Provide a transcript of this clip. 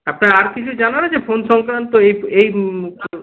আপনার আর কিছু জানার আছে ফোন সংক্রান্ত এই এই